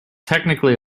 technically